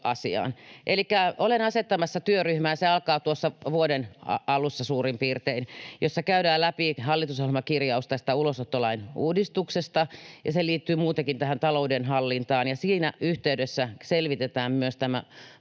olen asettamassa työryhmän, se alkaa tuossa vuoden alussa suurin piirtein, jossa käydään läpi hallitusohjelmakirjaus tästä ulosottolain uudistuksesta ja joka liittyy muutenkin tähän talouden hallintaan. Siinä yhteydessä selvitetään myös tämä